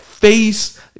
face